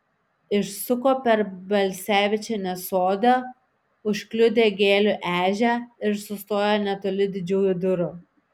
išsuko per balsevičienės sodą užkliudė gėlių ežią ir sustojo netoli didžiųjų durų